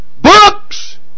books